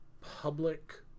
public